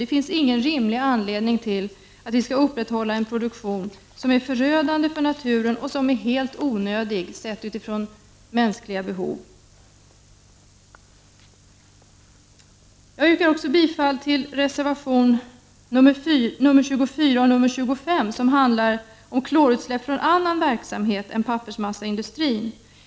Det finns ingen rimlig anledning att upprätthålla en produktion som är förödande för naturen och som är helt onödig sett utifrån mänskliga behov. Jag yrkar också bifall till reservationerna 24 och 25 som handlar om klorutsläpp från annan verksamhet än från pappersmassaindustrin.